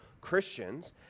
Christians